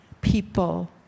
People